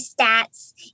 stats